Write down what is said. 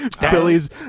Billy's